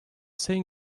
saying